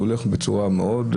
הוא הולך בצורה מאוד...